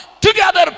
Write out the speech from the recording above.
together